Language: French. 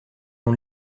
ont